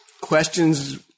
questions